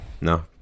No